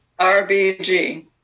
RBG